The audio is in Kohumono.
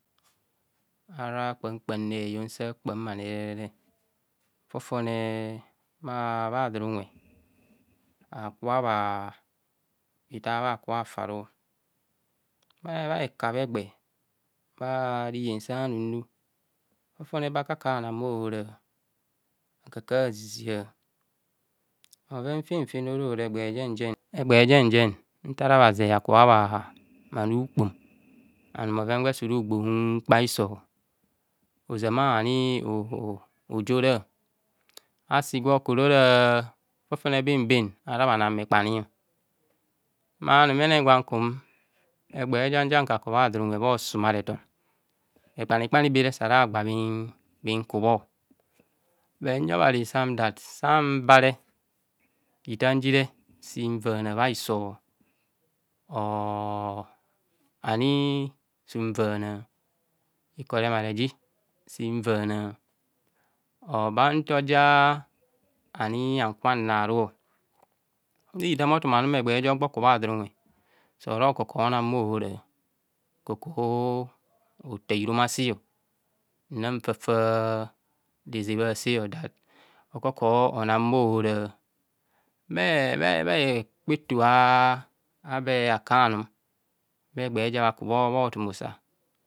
Ara kpam kpam re heyon sa kpamne fofone bha bha don unwe aka bha ita bhaka bha fi aru bha heka bhe egba bha rihen sa num nnu fofone be aka ka bhana bho hora aka aka zizia bhoven fen fen orora egba jen jen egba jen jen ntara bhaze bhakabho bhana ukpom anum bhoven gwe surunbuun kpa hiso ozama ani hojora asi gwo kure ora fofone benben a hara bhana bhekpani ma numene gwam kum egba ja njem kakubha don unwe bho sumareton bhekpani kpani be sara bhe gba bhin kubho bur nyi obhazi sam dat san bare itam jire sin vana bha hiso o oani sin vana mare ji sin vana oba ntoja ani haka nnaru bhitam otumanum egba jo gbo ku bha don unwe soro koko nam bhohora okokor otar hirumasi nnan fafaaa rezeb ase jat okoko ona maohora bha bha hekpa eto a’ abe a kanum bhe egba ja bha kubha otum usa.